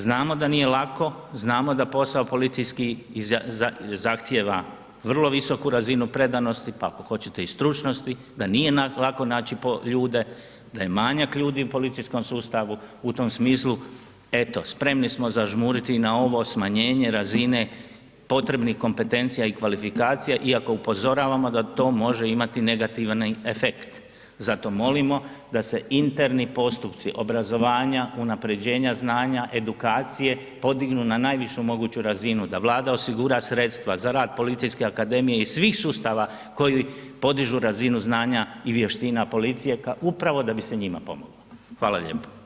Znamo da nije lako, znamo da posao policijski zahtijeva vrlo visoku razinu predanosti pa ako hoćete i stručnosti, da nije lako naći ljude, da je manjak ljudi u policijskom sustavu, u tom smislu, eto spremni smo zažmuriti na ovo smanjenje razine potrebnih kompetencija i kvalifikacija iako upozoravamo da to može imati negativni efekt. zato molimo da se interni postupci obrazovanja, unaprjeđenja znanja, edukacije podignu na najvišu moguću razinu, da Vlada osigura sredstva za rad Policijske akademije i svih sustava koji podižu razinu znanja i vještina policije ka upravo da bi se njima pomoglo, hvala lijepo.